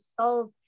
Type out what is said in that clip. solve